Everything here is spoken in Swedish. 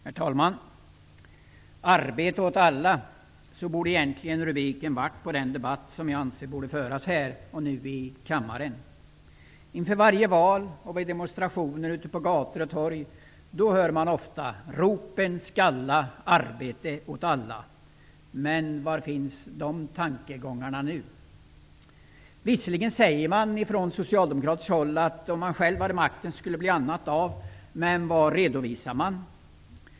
Herr talman! Arbete åt alla -- så borde egentligen rubriken ha varit på den debatt som jag anser borde föras här och nu i kammaren. Inför varje val och vid demonstrationer ute på gator och torg hörs ofta: Ropen skalla, arbete åt alla! Men var finns de tankegångarna nu? Visserligen säger man från socialdemokratiskt håll att om man själv hade makten skulle det bli annat av, men vad redovisar man?